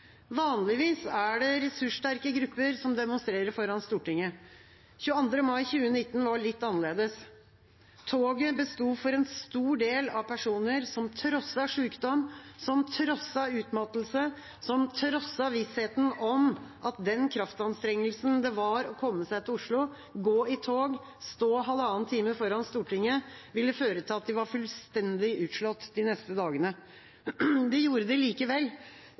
Vanligvis er det ressurssterke grupper som demonstrerer foran Stortinget. Den 22. mai 2019 var litt annerledes. Toget besto for en stor del av personer som trosset sykdom, som trosset utmattelse, som trosset vissheten om at den kraftanstrengelsen det var å komme seg til Oslo, gå i tog, stå halvannen time foran Stortinget, ville føre til at de var fullstendig utslått de neste dagene. De gjorde det likevel,